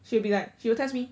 she'll be like she'll test me